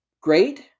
Great